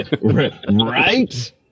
Right